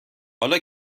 حالا